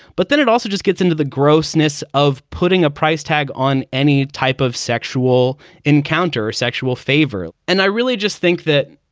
but then it also. gets into the grossness of putting a price tag on any type of sexual encounter or sexual favor. and i really just think that